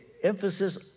Emphasis